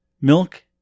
Milk